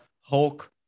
Hulk